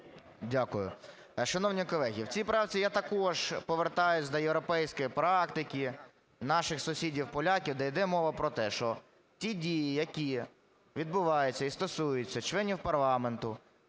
Дякую. Шановні колеги, в цій правці я також повертаюся до європейської практики наших сусідів поляків, де йде мова про те, що ті дії, які відбуваються і стосуються членів парламенту,